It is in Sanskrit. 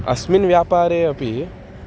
अस्मिन् व्यापारे अपि